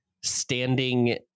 standing